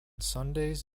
sundays